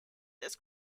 this